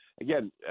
Again